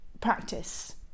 practice